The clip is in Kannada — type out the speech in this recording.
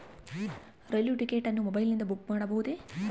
ರೈಲು ಟಿಕೆಟ್ ಅನ್ನು ಮೊಬೈಲಿಂದ ಬುಕ್ ಮಾಡಬಹುದೆ?